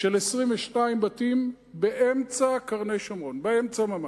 של 22 בתים באמצע קרני-שומרון, באמצע ממש,